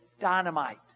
dynamite